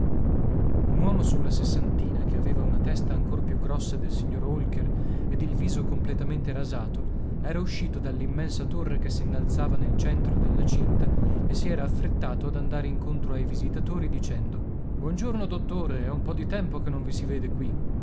un uomo sulla sessantina che aveva una testa ancor più grossa del signor holker ed il viso completamente rasato era uscito dall'immensa torre che s'innalzava nel centro della cinta e si era affrettato ad andare incontro ai visitatori dicendo buon giorno dottore è un po di tempo che non vi si vede qui